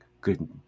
Good